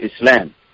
Islam